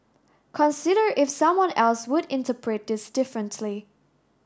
consider if someone else would interpret this differently